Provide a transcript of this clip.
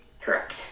Correct